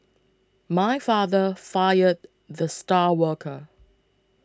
my father fired the star worker